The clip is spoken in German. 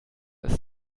ist